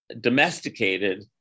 domesticated